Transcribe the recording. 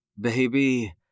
Baby